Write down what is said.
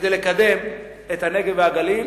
כדי לקדם את הנגב והגליל.